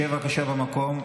שב בבקשה במקום,